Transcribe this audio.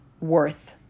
worth